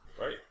Right